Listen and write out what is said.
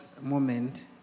moment